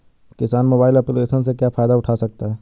किसान mobile application से क्या फायदा उठा सकता है?